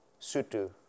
Sutu